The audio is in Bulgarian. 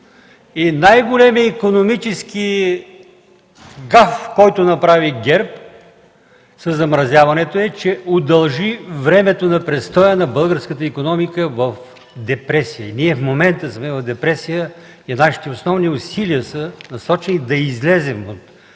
най-големия икономически гаф, който направи ГЕРБ със замразяването, е, че удължи времето на престоя на българската икономика в депресия. Ние в момента сме в депресия и нашите основни усилия са насочени да излезем от тази